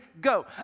go